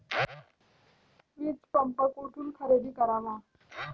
वीजपंप कुठून खरेदी करावा?